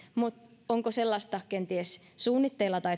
mutta onko sellaista kenties suunnitteilla tai